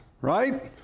right